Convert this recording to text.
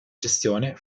gestione